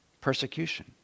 persecution